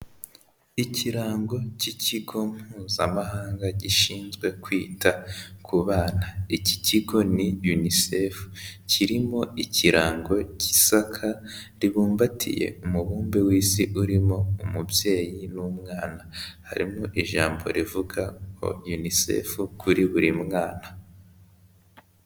Ikirango cy'ikigo Mpuzamahanga gishinzwe kwita ku bana, iki kigo ni Unicef, kirimo ikirango cy'isaka ribumbatiye umubumbe w'isi urimo umubyeyi n'umwana, harimo ijambo rivuga ngo: ''Unicef kuri buri mwana.''